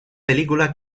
película